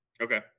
Okay